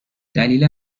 دلیل